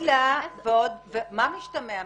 ומה משתמע מכך?